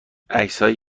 عکسهای